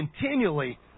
continually